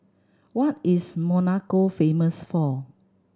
what is Monaco famous for